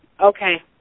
Okay